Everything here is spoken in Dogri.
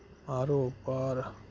पारो पार